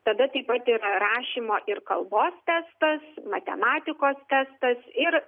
tada taip pat yra rašymo ir kalbos testas matematikos testas ir